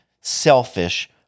selfish